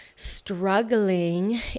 struggling